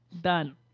Done